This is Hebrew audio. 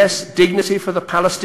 ישראל נמצאת תחת מתקפת דה-לגיטימציה,